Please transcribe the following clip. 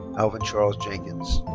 alvin charles jenkins.